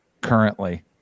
currently